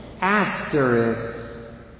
Asterisk